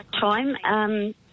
time